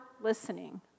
listening